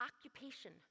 occupation